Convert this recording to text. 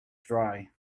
dry